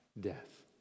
death